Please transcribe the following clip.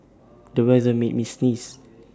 the weather made me sneeze